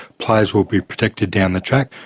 players will be protected down the track,